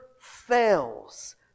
fails